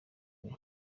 imwe